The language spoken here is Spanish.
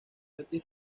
otis